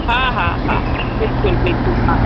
हा हा हा बिल्कुलु बिल्कुलु हा हा